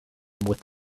with